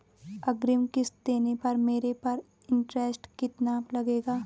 अग्रिम किश्त देने पर मेरे पर इंट्रेस्ट कितना लगेगा?